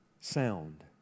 sound